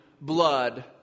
blood